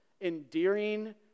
endearing